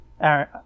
Aaron